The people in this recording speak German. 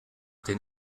den